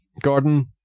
Gordon